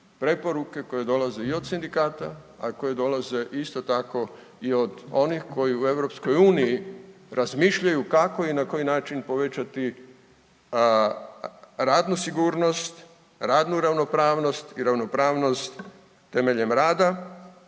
preporuke koje dolaze i od sindikata, a koje dolaze isto tako i od onih koji u EU razmišljaju kako i na koji način povećati radnu sigurnost, radnu ravnopravnost i ravnopravnost temeljem rada